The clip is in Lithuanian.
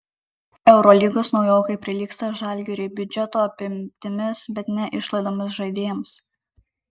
eurolygos naujokai prilygsta žalgiriui biudžeto apimtimis bet ne išlaidomis žaidėjams